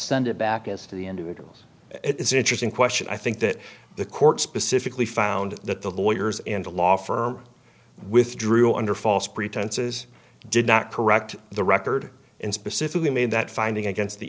send it back as to the individuals it's an interesting question i think that the court specifically found that the lawyers in the law firm withdrew under false pretenses did not correct the record and specifically made that finding against the